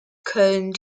köln